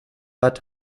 hat